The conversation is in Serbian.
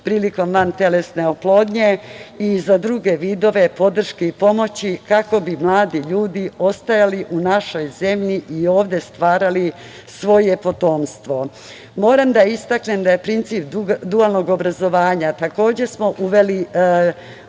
prilikom vantelesne oplodnje i za druge vidove podrške i pomoći kako bi mladi ljudi ostajali u našoj zemlji i ovde stvarali svoje potomstvo. Moram da istaknem da je princip dualnog obrazovanja uveden